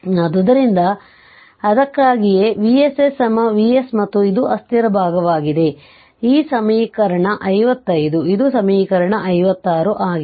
ಆದ್ದರಿಂದ ಅದಕ್ಕಾಗಿಯೇ Vss Vs ಮತ್ತು ಇದು ಅಸ್ಥಿರ ಭಾಗವಾಗಿದೆ ಈ ಸಮೀಕರಣ 55 ಇದು ಸಮೀಕರಣ 56 ಆಗಿದೆ